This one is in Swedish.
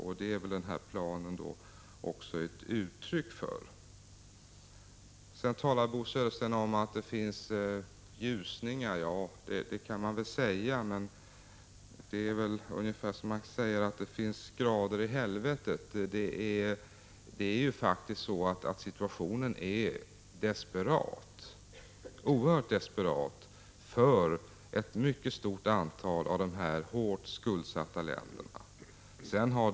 Detta är väl Baker-planen ett tecken på. Bo Södersten talade om en ljusning i situationen. Det är ungefär som att säga att det finns grader i helvetet. Situationen är faktiskt oerhört desperat för ett mycket stort antal av de hårt skuldsatta länderna.